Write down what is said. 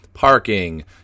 Parking